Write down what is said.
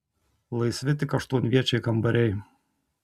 laisvi tik aštuonviečiai kambariai